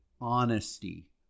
honesty